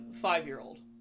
Five-year-old